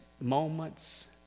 moments